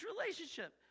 relationship